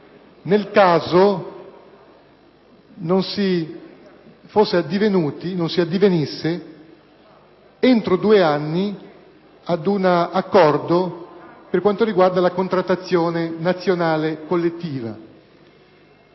nel caso non si addivenisse entro due anni ad un accordo con riferimento alla contrattazione nazionale collettiva.